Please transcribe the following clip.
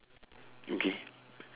okay